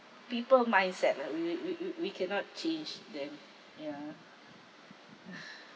people mindset lah we we we we we cannot change them ya